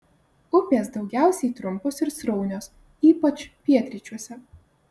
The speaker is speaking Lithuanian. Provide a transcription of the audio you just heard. upės daugiausiai trumpos ir sraunios ypač pietryčiuose